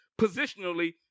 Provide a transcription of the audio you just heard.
positionally